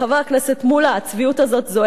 חבר הכנסת מולה, הצביעות הזאת זועקת.